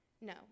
no